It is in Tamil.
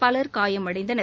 பலர் காயமடைந்தனர்